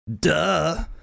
duh